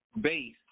base